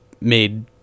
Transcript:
made